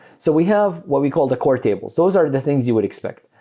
so we have what we call the core tables. those are the things you would expect.